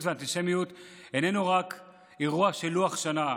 ואנטישמיות איננו רק אירוע של לוח שנה,